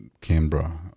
Canberra